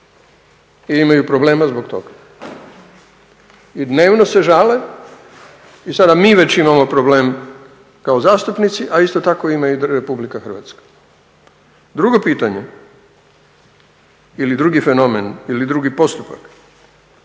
i imaju problema zbog toga. I dnevno se žale i sada mi već imamo problem kao zastupnici, a isto tako ima i Republika Hrvatska. Drugo pitanje ili drugi fenomen ili drugi postupak.